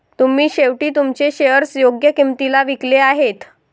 तुम्ही शेवटी तुमचे शेअर्स योग्य किंमतीला विकले आहेत